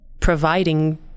providing